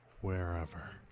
wherever